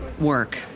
work